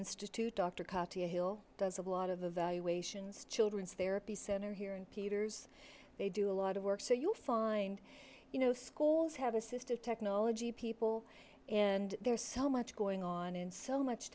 institute dr kathy hill does a lot of the valuations children's therapy center here and peters they do a lot of work so you find you know schools have assisted technology people and there's so much going on in so much